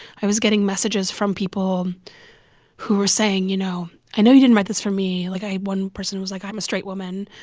i was getting messages from people who were saying, you know, i know you didn't write this for me like, i had one person who was like, i'm a straight woman,